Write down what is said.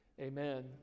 amen